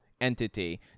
entity